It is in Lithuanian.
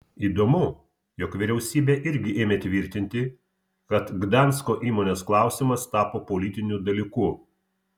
įdomu jog vyriausybė irgi ėmė tvirtinti kad gdansko įmonės klausimas tapo politiniu dalyku